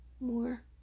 more